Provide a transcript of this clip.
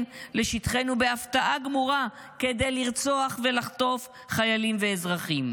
לשטחנו בהפתעה גמורה כדי לרצוח ולחטוף חיילים ואזרחים.